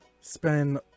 spend